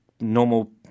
normal